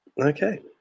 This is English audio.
Okay